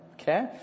Okay